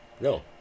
no